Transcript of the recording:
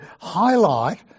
highlight